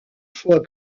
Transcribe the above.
fois